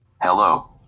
Hello